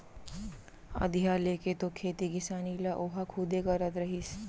अधिया लेके तो खेती किसानी ल ओहा खुदे करत रहिस